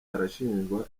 arashinjwa